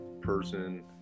person